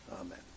amen